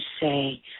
say